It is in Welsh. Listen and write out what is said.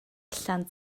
allan